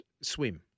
swim